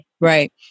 Right